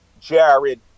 Jared